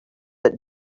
that